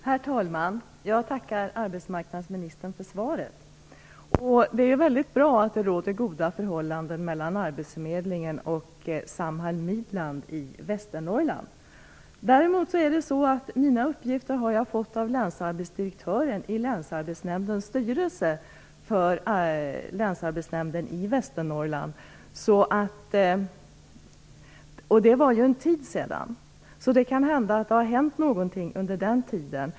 Herr talman! Jag tackar arbetsmarknadsministern för svaret. Det är väldigt bra att det råder goda förhållanden mellan arbetsförmedlingen och Samhall Midland i Västernorrland. Mina uppgifter har jag fått från länsarbetsdirektören i länsarbetsnämndens styrelse i Västernorrland. Detta var för en tid sedan och det kan hända att något har hänt under tiden.